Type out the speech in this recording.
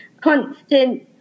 constant